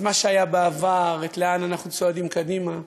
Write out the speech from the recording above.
את מה שהיה בעבר, לאן אנחנו צועדים קדימה,